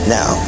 Now